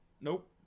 nope